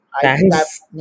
Thanks